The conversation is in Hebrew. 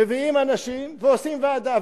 מביאים אנשים ועושים ועדה.